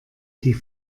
die